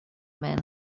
man